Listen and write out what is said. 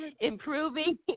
Improving